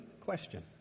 Question